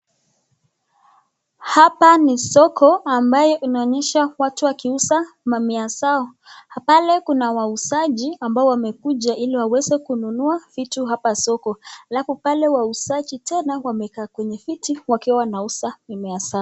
Hapa ni soko ambaye inaonyesha watu wakiuza mimea zao. Pale kuna wauzaji ambao wamekuja ili waweze kununua vitu hapa soko alafu hapa tena wauzaji wamekaa kwenye viti wakiwa wanauza mimea zao.